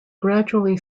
gradually